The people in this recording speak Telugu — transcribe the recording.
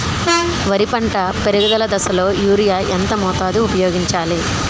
వరి పంట పెరుగుదల దశలో యూరియా ఎంత మోతాదు ఊపయోగించాలి?